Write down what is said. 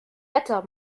wetter